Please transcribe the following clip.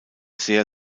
sehr